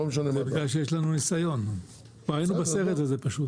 זה בגלל שיש לנו ניסיון, היינו בסרט הזה פשוט.